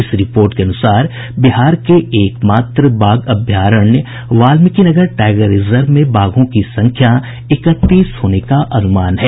इस रिपोर्ट के अनुसार बिहार के एक मात्र बाघ अभयारण्य वाल्मीकिनगर टाईगर रिजर्व में बाघों की संख्या इकतीस होने का अनुमान है